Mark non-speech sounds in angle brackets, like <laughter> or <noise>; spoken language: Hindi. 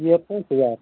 <unintelligible>